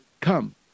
Come